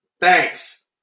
thanks